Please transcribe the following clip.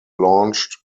launched